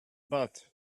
but